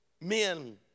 men